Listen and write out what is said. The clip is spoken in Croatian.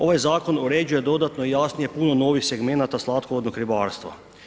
Ovaj Zakon uređuje dodatno jasnije puno novih segmenata slatkovodnog ribarstva.